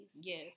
yes